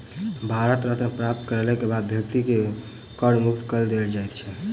भारत रत्न प्राप्त करय के बाद व्यक्ति के कर मुक्त कय देल जाइ छै